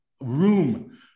room